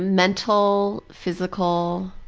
mental, physical,